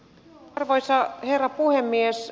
arvoisa herra puhemies